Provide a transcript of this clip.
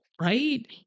right